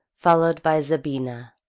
followed by zabina.